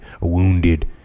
wounded